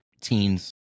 teens